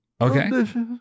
Okay